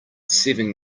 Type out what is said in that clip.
seven